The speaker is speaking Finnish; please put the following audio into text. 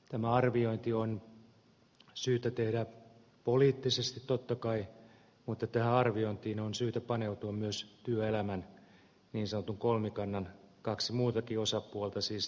tämä arviointi on syytä tehdä poliittisesti totta kai mutta tähän arviointiin on syytä paneutua myös työelämän niin sanotun kolmikannan kahden muunkin osapuolen siis työmarkkinajärjestöjen